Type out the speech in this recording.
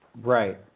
Right